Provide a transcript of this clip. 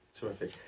terrific